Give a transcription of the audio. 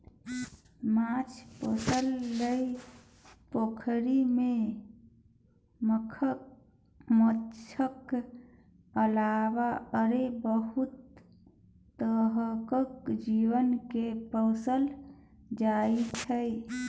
माछ पोसइ लेल पोखरि मे माछक अलावा आरो बहुत तरहक जीव केँ पोसल जाइ छै